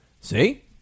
see